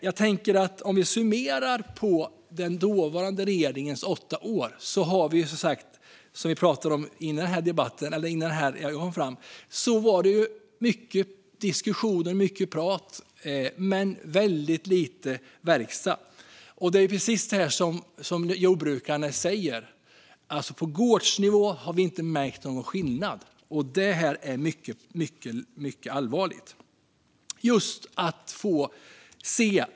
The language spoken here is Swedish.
Man kan summera den dåvarande regeringens åtta år med att det, som vi pratade om tidigare i debatten, var mycket diskussioner och prat men väldigt lite verkstad. Det är precis som jordbrukarna säger: På gårdsnivå har vi inte märkt någon skillnad. Det är mycket allvarligt.